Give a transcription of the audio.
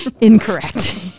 incorrect